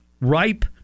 ripe